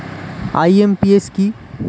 IMPS কি?